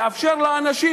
לאפשר לאנשים,